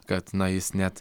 kad na jis net